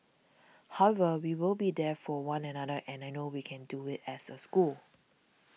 however we will be there for one another and I know we can do it as a school